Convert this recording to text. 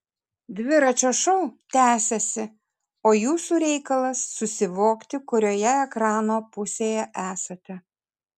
dviračio šou tęsiasi o jūsų reikalas susivokti kurioje ekrano pusėje esate